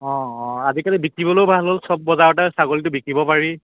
অঁ অঁ আজিকালি বিকিবলৈও ভাল হ'ল চব বজাৰতে ছাগলীটো বিকিব পাৰি